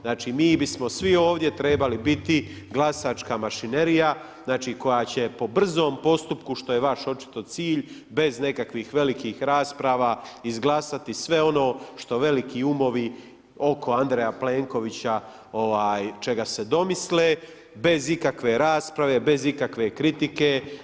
Znači, mi bismo svi ovdje trebali biti glasačka mašinerija koja će po brzom postupku, što je vaš očito cilj, bez nekakvih velikih rasprava izglasati sve ono što veliki umovi oko Andreja Plenkovića, čega se domisle, bez ikakve rasprave, bez ikakve kritike.